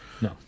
no